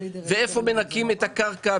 איפה מנקים את הקרקע,